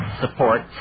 support